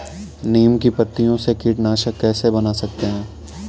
नीम की पत्तियों से कीटनाशक कैसे बना सकते हैं?